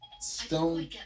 stone